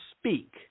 speak